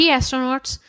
astronauts